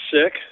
sick